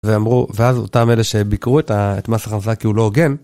ואמרו, ואז אותם אלה שביקרו את המס הכנסה כי הוא לא הוגן.